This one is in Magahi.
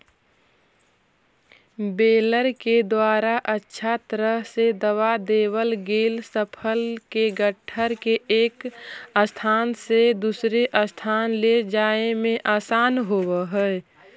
बेलर के द्वारा अच्छा तरह से दबा देवल गेल फसल के गट्ठर के एक स्थान से दूसर स्थान ले जाए में आसान होवऽ हई